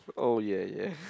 oh ya ya